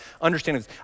understanding